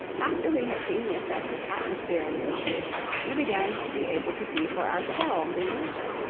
after we had seen the effect of atmosphere in pictures we began to be able to see for ourselves in nature,